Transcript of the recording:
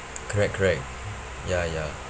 correct correct ya ya